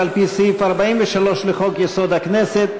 הכנסת,